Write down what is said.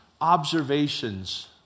observations